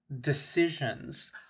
decisions